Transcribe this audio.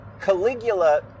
Caligula